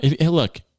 Look